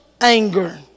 anger